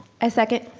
i second.